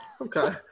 Okay